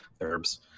herbs